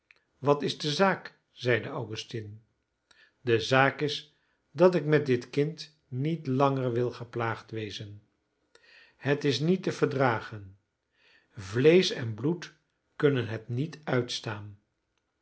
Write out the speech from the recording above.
wat is de zaak zeide augustine de zaak is dat ik met dit kind niet langer wil geplaagd wezen het is niet te verdragen vleesch en bloed kunnen het niet uitstaan